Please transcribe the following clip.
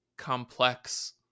complex